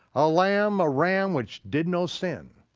a lamb, a ram which did no sin,